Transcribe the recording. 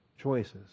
choices